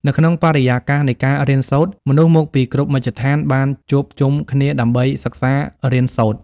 នៅក្នុងបរិយាកាសនៃការរៀនសូត្រ មនុស្សមកពីគ្រប់មជ្ឈដ្ឋានបានជួបជុំគ្នាដើម្បីសិក្សារៀនសូត្រ។